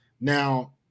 Now